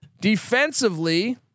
defensively